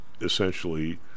essentially